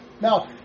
Now